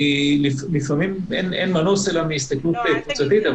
לפעמים אין מנוס אלא כהסתכלות קבוצתית,